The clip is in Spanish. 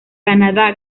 canadá